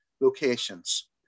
locations